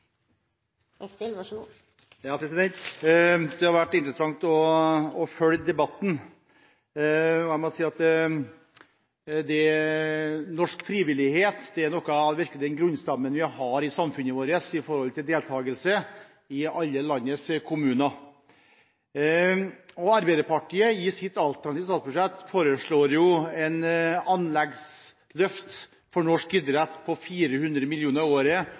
vært interessant å følge debatten. Jeg må si at norsk frivillighet er virkelig noe av grunnstammen i samfunnet vårt når det gjelder deltakelse i alle landets kommuner. Arbeiderpartiet foreslår i sitt alternative statsbudsjett et anleggsløft for norsk idrett på 400 mill. kr i året